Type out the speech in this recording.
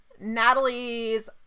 natalie's